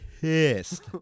pissed